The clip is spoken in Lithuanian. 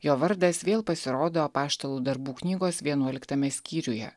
jo vardas vėl pasirodo apaštalų darbų knygos vienuoliktame skyriuje